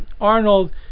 Arnold